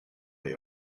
they